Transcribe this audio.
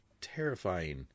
terrifying